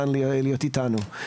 אז אני שמח מאוד שמצאת זמן להיות איתנו.